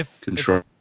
Control